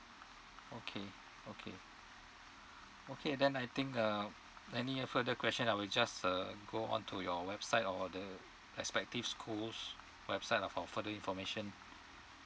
okay okay okay then I think um any further question I will just uh go on to your website or the respective schools' website lah for further information